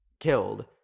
killed